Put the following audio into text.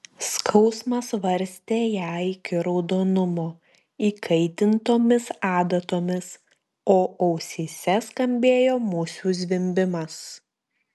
skausmas varstė ją iki raudonumo įkaitintomis adatomis o ausyse skambėjo musių zvimbimas